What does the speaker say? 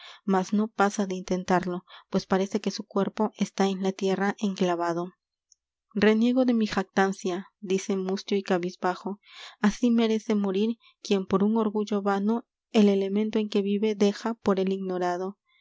mas no pasa de intentarlo pues parece que su cuerpo está en la tierra enclavado reniego de m i jactancia dice mustio y cabizbajo así merece morir quien por un orgullo vano el elemento en que vive deja por el ignorado